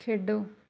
ਖੇਡੋ